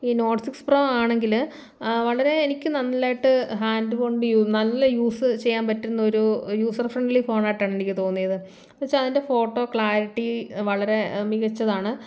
ഈ note six pro ആണെങ്കില് വളരെ എനിക്ക് നല്ലായിട്ട് ഹാൻഡ് കൊണ്ട് യൂ നല്ല യൂസ് ചെയ്യാൻ പറ്റുന്ന ഒരു യൂസർ ഫ്രണ്ട്ലി ഫോണായിട്ടാണ് എനിക്ക് തോന്നിയത് എന്നുവച്ചാൽ അതിൻ്റെ ഫോട്ടോ ക്ലാരിറ്റി വളരെ മികച്ചതാണ്